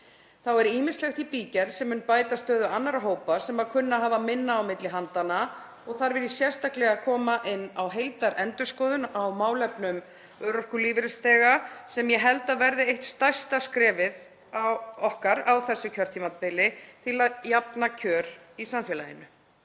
Þá er ýmislegt í bígerð sem mun bæta stöðu annarra hópa sem hafa minna á milli handanna. Þar vil ég sérstaklega koma inn á heildarendurskoðun á málefnum örorkulífeyrisþega sem ég held að verði eitt stærsta skrefið okkar á þessu kjörtímabili til að jafna kjör í samfélaginu.